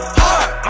heart